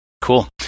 Cool